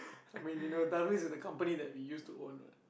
I mean you know that is the company that we used to own what